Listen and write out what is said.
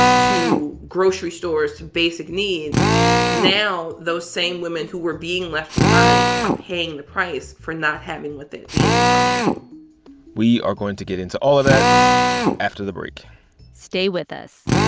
to grocery stores, to basic needs now those same women who were being left behind are paying the price for not having with the the infrastructure we are going to get into all of that after the break stay with us